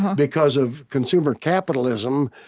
because of consumer capitalism,